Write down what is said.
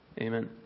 Amen